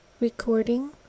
Recording